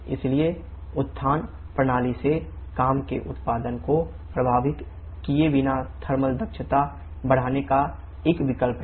इसलिए उत्थान प्रणाली से काम के उत्पादन को प्रभावित किए बिना थर्मल दक्षता बढ़ाने का एक विकल्प है